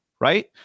right